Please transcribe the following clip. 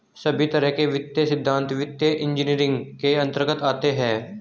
सभी तरह के वित्तीय सिद्धान्त वित्तीय इन्जीनियरिंग के अन्तर्गत आते हैं